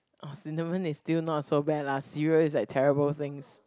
uh cinnamon is still not so bad lah cereal is like terrible things